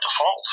default